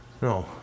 no